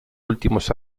últimos